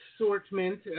assortment